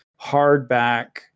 hardback